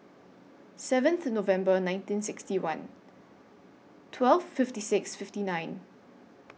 seventh November nineteen sixty one twelve fifty six fifty nine